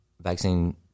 vaccine